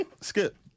Skip